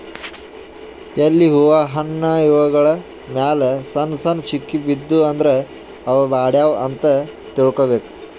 ಎಲಿ ಹೂವಾ ಹಣ್ಣ್ ಇವ್ಗೊಳ್ ಮ್ಯಾಲ್ ಸಣ್ಣ್ ಸಣ್ಣ್ ಚುಕ್ಕಿ ಬಿದ್ದೂ ಅಂದ್ರ ಅವ್ ಬಾಡ್ಯಾವ್ ಅಂತ್ ತಿಳ್ಕೊಬೇಕ್